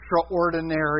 extraordinary